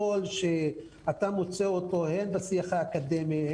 הקול שאתה מוצא אותו הן בשיח האקדמי,